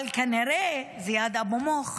אבל כנראה זיאד אבו מוך